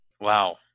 Wow